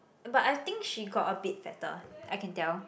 but I think she got a bit fatter I can tell